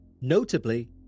Notably